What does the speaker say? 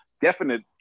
definite